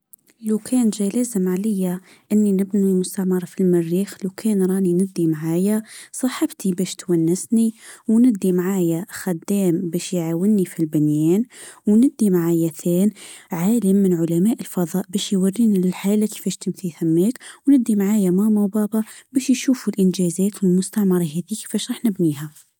لو كان جلازم عليا اني نبني مستمر في المريخ لو كان راني ندي معايا صاحبتي بش تونسني وندي معايا خدام باش يعاوني في البنيان وندي معايا أثنين عالم من علماء الفضاء ايش يوريني الحاله كيفاش تديها وندي معايا ماما وبابا باش يشوفوا الانجازات و مستعمره هذيك كيفش راح نبنيها ؟